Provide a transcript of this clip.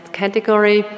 category